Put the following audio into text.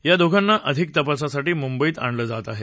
या दोघांना अधिक तपासासाठी मुंबईत आणलं जात आहे